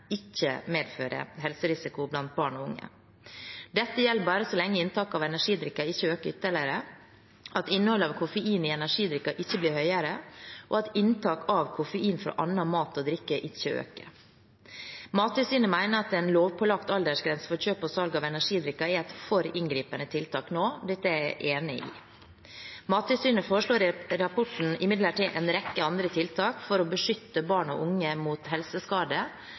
ikke medføre helserisiko blant barn og unge. Dette gjelder bare så lenge inntaket av energidrikker ikke øker ytterligere, innholdet av koffein i energidrikker ikke blir høyere og inntak av koffein fra annen mat og drikke ikke øker. Mattilsynet mener at en lovpålagt aldersgrense for kjøp og salg av energidrikker er et for inngripende tiltak nå. Dette er jeg enig i. Mattilsynet foreslår i rapporten imidlertid en rekke andre tiltak for å beskytte barn og unge mot